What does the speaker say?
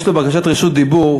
יש לו בקשת רשות דיבור,